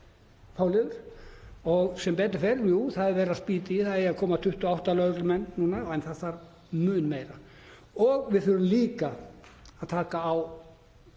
Sem betur fer — jú, það er verið að spýta í, það eiga að koma 28 lögreglumenn núna, en það þarf mun fleiri. Við þurfum líka að taka á